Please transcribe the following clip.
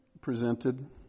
presented